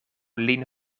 lin